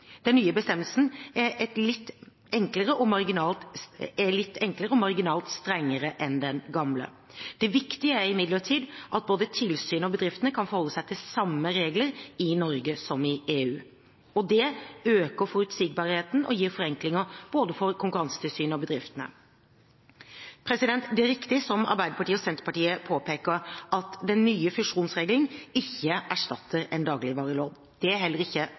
Den nye bestemmelsen er litt enklere og marginalt strengere enn den gamle. Det viktige er imidlertid at både tilsynet og bedriftene kan forholde seg til samme regler i Norge som i EU. Det øker forutsigbarheten og gir forenklinger både for Konkurransetilsynet og for bedriftene. Det er riktig som Arbeiderpartiet og Senterpartiet påpeker, at den nye fusjonsregelen ikke erstatter en dagligvarelov. Det er heller ikke